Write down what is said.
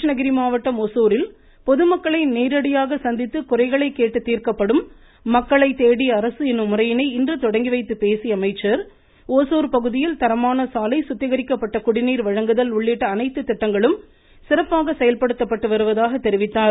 கிருஷ்ணகிரி மாவட்டம் ஓசூரில் பொதுமக்களை நேரடியாக சந்தித்து குறைகள் கேட்டு தீர்க்கப்படும் மக்களை தேடி அரசு எனும் முறையினை இன்று தொடங்கிவைத்து பேசிய அமைச்சர் ஒசூர் பகுதியில் தரமான சாலை சுத்திகரிக்கப்பட்ட குடிநீர் வழங்குதல் உள்ளிட்ட அனைத்து திட்டங்களும் சிறப்பாக செயல்படுத்தப்பட்டு வருவதாக தெரிவித்தார்